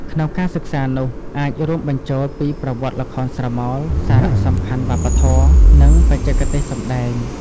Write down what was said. ក្នុងការសិក្សានោះ អាចរួមបញ្ចូលពីប្រវត្តិល្ខោនស្រមោល សារៈសំខាន់វប្បធម៌ និងបច្ចេកទេសសម្តែង។